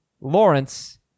Lawrence